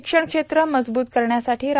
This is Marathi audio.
शिक्षण क्षेत्र मजबूत करण्यासाठी रा